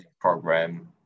program